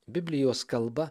biblijos kalba